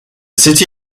city